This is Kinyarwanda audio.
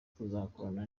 kuzakorana